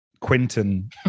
Quinton